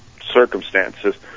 circumstances